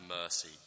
mercy